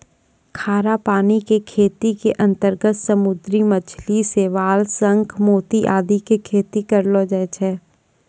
खारा पानी के खेती के अंतर्गत समुद्री मछली, शैवाल, शंख, मोती आदि के खेती करलो जाय छै